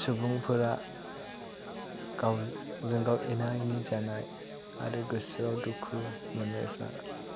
सुबुंफोरा गावजों गाव एना एनि जानाय आरो गोसोआव दुखु मोननायफ्रा